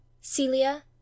Celia